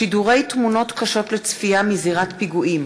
שידורי תמונות קשות לצפייה מזירות פיגועים,